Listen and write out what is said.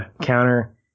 counter